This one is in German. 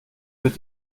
wird